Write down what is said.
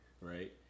right